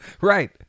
Right